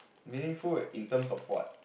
meaningful in terms of what